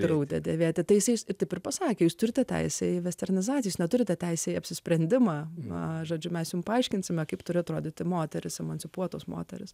draudė dėvėti aptaisais ir taip ir pasakė jūs turite teisę į vestarnizaciją jūs neturite teisę į apsisprendimą žodžiu mes jums paaiškinsime kaip turi atrodyti moterys emancipuotos moterys